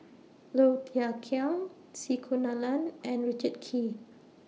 Low Thia Khiang C Kunalan and Richard Kee